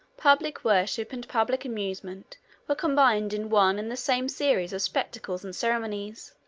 public worship and public amusement were combined in one and the same series of spectacles and ceremonies.